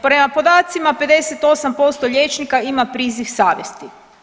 Prema podacima 58% liječnika ima priziv savjesti.